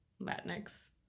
Latinx